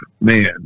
Man